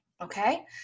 okay